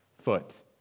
foot